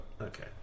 Okay